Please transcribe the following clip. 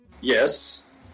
Yes